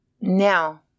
now